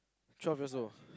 twelve years old